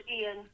Ian